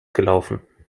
gelaufen